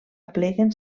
apleguen